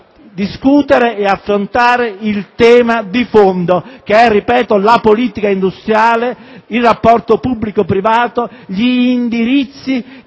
discutere e affrontare il tema di fondo che è, ripeto, quello della politica industriale, il rapporto pubblico-privato, gli indirizzi